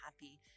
Happy